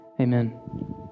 amen